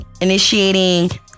initiating